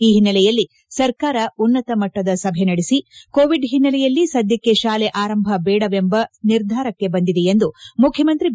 ಈ ಒನ್ನೆಲೆಯಲ್ಲಿ ಸರ್ಕಾರ ಉನ್ನತ ಮಟ್ಟದ ಸಭೆ ನಡೆಸಿ ಕೋವಿಡ್ ಒನ್ನೆಲೆಯಲ್ಲಿ ಸದ್ಯಕ್ಕೆ ಶಾಲೆ ಅರಂಭ ಬೇಡವೆಂಬ ನಿರ್ಧಾರಕ್ಕೆ ಬಂದಿದೆ ಎಂದು ಮುಖ್ಯಮಂತ್ರಿ ಬಿ